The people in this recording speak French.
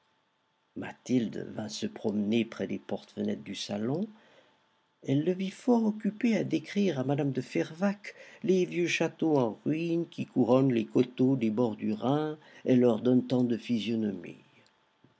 mathilde vint se promener près des portes fenêtres du salon elle le vit fort occupé à décrire à mme de fervaques les vieux châteaux en ruine qui couronnent les coteaux des bords du rhin et leur donnent tant de physionomie